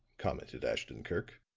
commented ashton-kirk.